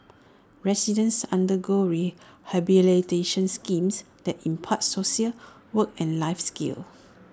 residents undergo rehabilitations schemes that impart social work and life skills